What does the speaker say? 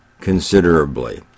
considerably